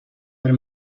del